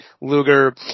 Luger